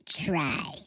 try